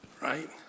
right